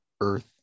Earth